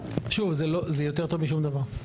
שוב, זה יותר טוב משום דבר.